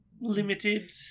limited